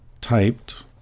typed